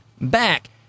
back